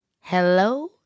Hello